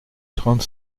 trente